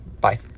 Bye